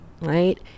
right